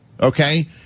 okay